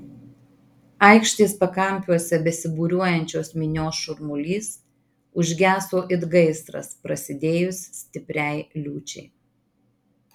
aikštės pakampiuose besibūriuojančios minios šurmulys užgeso it gaisras prasidėjus stipriai liūčiai